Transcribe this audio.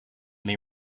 may